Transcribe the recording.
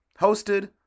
hosted